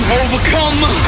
overcome